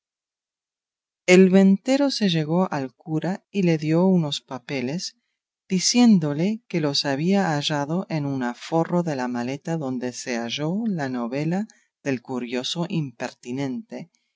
el ventero se llegó al cura y le dio unos papeles diciéndole que los había hallado en un aforro de la maleta donde se halló la novela del curioso impertinente